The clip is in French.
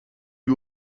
lui